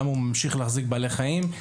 למה הוא ממשיך להחזיק בעלי חיים,